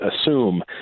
assume